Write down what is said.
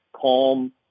calm